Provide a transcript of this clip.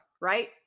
right